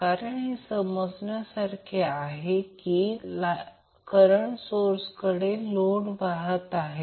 कारण हे समजण्यासारखे आहे की करंट सोर्स हे लोडकडे वाहत आहे